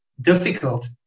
difficult